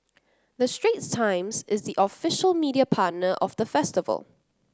the Straits Times is the official media partner of the festival